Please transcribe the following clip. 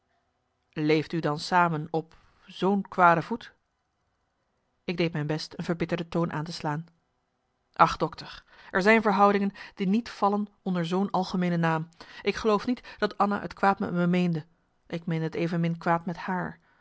leefde u dan samen op zoo'n kwade voet ik deed mijn best een verbitterde toon aan te slaan ach dokter er zijn verhoudingen die niet vallen onder zoo'n algemeene naam ik geloof niet dat anna t kwaad met me meende ik meende t evenmin kwaad met haar